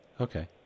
Okay